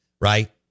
right